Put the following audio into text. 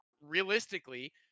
realistically